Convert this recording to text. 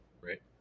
right